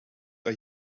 are